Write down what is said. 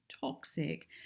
toxic